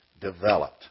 developed